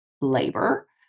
labor